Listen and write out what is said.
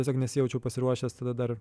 tiesiog nesijaučiau pasiruošęs tada dar